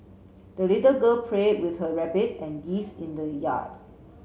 the little girl play with her rabbit and geese in the yard